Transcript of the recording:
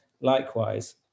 likewise